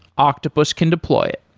octopus can deploy it.